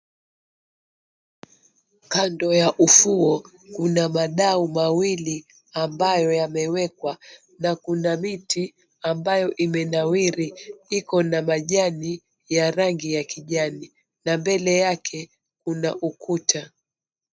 Kando ya ufuo kuna madau mawili ambayo yamewekwa na kuna miti ambayo imenawiri iko na majani ya rangi ya kijani na mbele yake kuna ukuta.